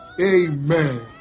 Amen